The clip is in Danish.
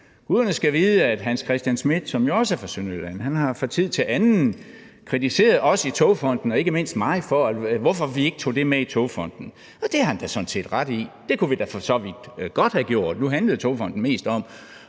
guderne skal vide, at Hans Christian Schmidt, som jo også er fra Sønderjylland, fra tid til anden har kritiseret os i Togfonden DK og ikke mindst mig for, hvorfor vi ikke tog det med i Togfonden DK, og det har han da sådan set ret i. Det kunne vi da for så vidt godt have gjort. Nu handlede Togfonden DK mest om